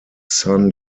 son